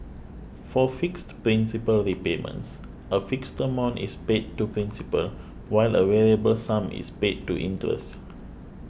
for fixed principal repayments a fixed amount is paid to principal while a variable sum is paid to interest